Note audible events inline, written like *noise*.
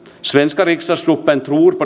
svenska riksdagsgruppen tror *unintelligible*